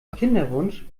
kinderwunsch